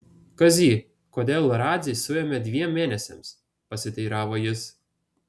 kazy kodėl radzį suėmė dviem mėnesiams pasiteiravo jis